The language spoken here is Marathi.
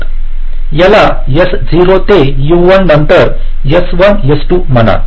याला S0 ते U1 नंतर S1 S2 म्हणा